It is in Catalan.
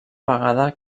vegada